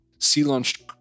sea-launched